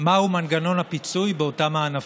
מהו מנגנון הפיצוי באותם הענפים.